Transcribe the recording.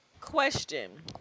Question